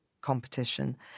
competition